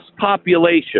population